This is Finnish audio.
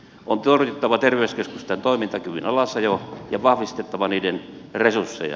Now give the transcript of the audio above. on torjuttava terveyskeskusten toimintakyvyn alasajo ja vahvistettava niiden resursseja